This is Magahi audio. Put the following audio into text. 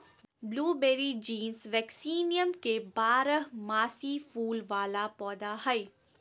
ब्लूबेरी जीनस वेक्सीनियम के बारहमासी फूल वला पौधा हइ